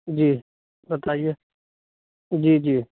جی بتائیے جی جی